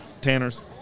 Tanner's